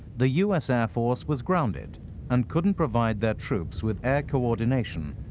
the u s. air force was grounded and couldn't provide their troops with air coordination,